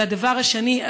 והדבר השני,